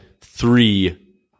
three